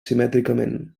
simètricament